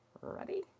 ready